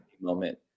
Moment